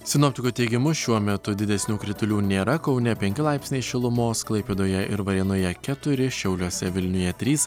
sinoptikų teigimu šiuo metu didesnių kritulių nėra kaune penki laipsniai šilumos klaipėdoje ir varėnoje keturi šiauliuose vilniuje trys